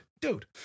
dude